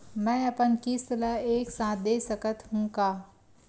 मै अपन किस्त ल एक साथ दे सकत हु का?